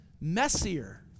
messier